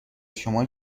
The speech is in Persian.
شما